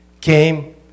came